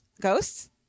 Ghosts